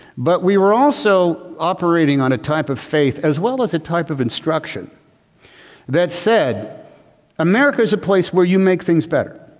but we were also operating on a type of faith as well as a type of instruction that said america is a place where you make things better,